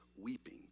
weeping